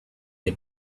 had